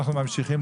14:24.